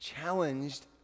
challenged